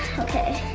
okay.